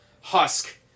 husk